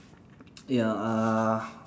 ya uh